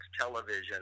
television